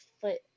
foot